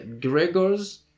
gregor's